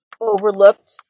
overlooked